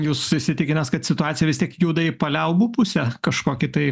jūs įsitikinęs kad situacija vis tiek juda į paliaubų pusę kažkokį tai